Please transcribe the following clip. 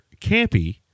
campy